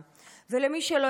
ולמי שלא הבין,